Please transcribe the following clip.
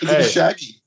Shaggy